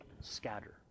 scatter